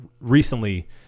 recently